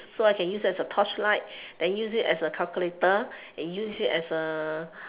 so I can use as a torchlight then use it as a calculator use it as a